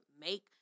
make